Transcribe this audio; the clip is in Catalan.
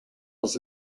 els